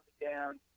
down